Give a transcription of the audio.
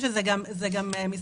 גברתי, שאלת אותם האם הם רוצים למסות.